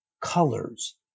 colors